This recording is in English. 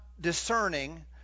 discerning